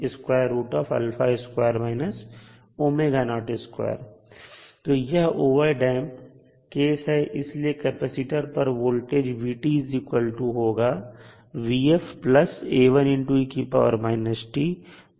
तो यह over damp case है इसलिए कैपेसिटर पर वोल्टेज होगा